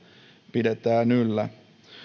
pidetään yllä